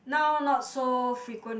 now not so frequent